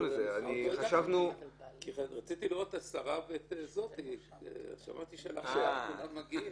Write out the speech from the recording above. חשבנו שזה משהו קל מאוד, ואנחנו מתחפרים בעניין.